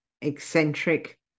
eccentric